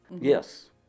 Yes